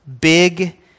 big